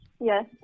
Yes